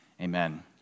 Amen